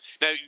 Now